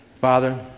Father